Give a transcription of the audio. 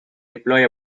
deploy